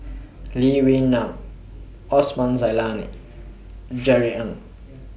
Lee Wee Nam Osman Zailani Jerry Ng